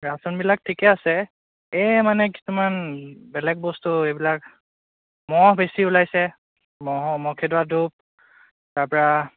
ৰাচনবিলাক ঠিকেই আছে এই মানে কিছুমান বেলেগ বস্তু এইবিলাক মহ বেছি ওলাইছে মহৰ মহ খেদোৱা ধূপ তাৰপৰা